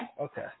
Okay